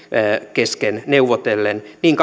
kesken neuvotellen niin